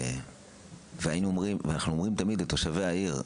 תמיד היינו אומרים לתושבי העיר: